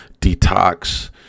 detox